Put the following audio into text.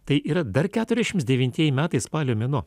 tai yra dar keturiasdešims devintieji metai spalio mėnuo